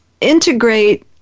integrate